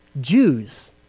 Jews